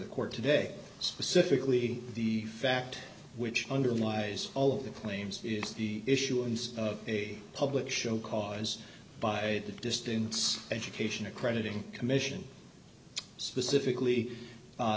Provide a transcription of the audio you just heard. the court today specifically the fact which underlies all of the claims is the issuance of a public show caused by the distance education accrediting commission specifically